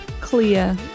clear